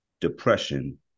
depression